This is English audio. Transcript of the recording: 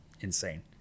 insane